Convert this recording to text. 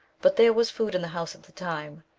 but there was food in the house at the time.